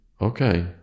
okay